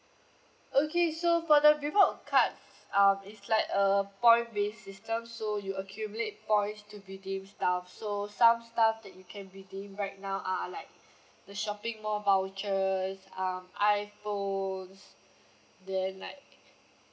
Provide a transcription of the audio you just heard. okay so for the reward card um it's like a point based system so you accumulate points to redeem stuff so some stuff that you can redeem right now are like the shopping mall vouchers um iphones then like